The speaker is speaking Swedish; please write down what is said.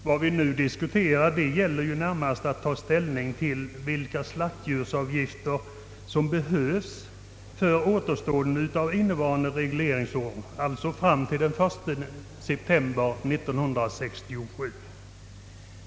Vad vi nu diskuterar gäller närmast att ta ställning till vilka slaktdjursavgifter som behövs för återstoden av innevarande regleringsår, alltså fram till den 1 september 1967.